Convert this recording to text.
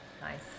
Nice